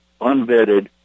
unvetted